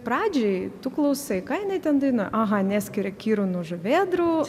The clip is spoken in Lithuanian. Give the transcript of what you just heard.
pradžioj tu klausai ką jinai ten dainuoja aha neskiria kirų nuo žuvėdrų